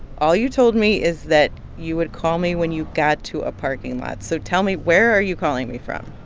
all you told me is that you would call me when you got to a parking lot. so tell me, where are you calling me from?